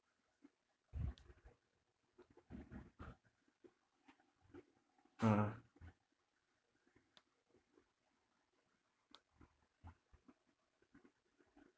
mm